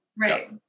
Right